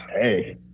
Hey